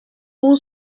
pour